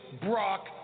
Brock